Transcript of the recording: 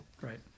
Right